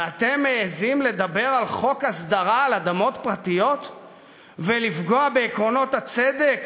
ואתם מעזים לדבר על חוק הסדרה על אדמות פרטיות ולפגוע בעקרונות הצדק